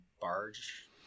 barge